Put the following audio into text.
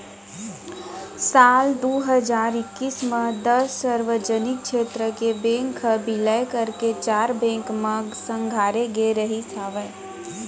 साल दू हजार एक्कीस म दस सार्वजनिक छेत्र के बेंक ह बिलय करके चार बेंक म संघारे गे रिहिस हवय